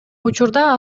учурда